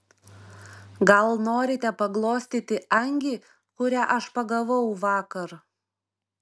gal norite paglostyti angį kurią aš pagavau vakar